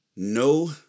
No